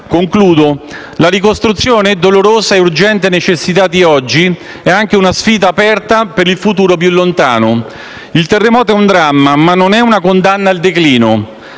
conclusione, la ricostruzione è dolorosa, è una urgente necessità di oggi ed è anche una sfida aperta per il futuro più lontano. Il terremoto è un dramma, ma non è una condanna al declino